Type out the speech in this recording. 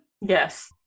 yes